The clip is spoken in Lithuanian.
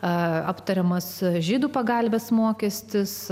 aptariamas žydų pagalvės mokestis